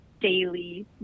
daily